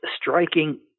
striking